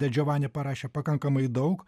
de džovani parašė pakankamai daug